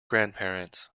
grandparents